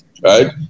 right